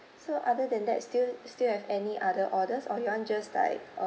so other than that still still have any other orders or you want just like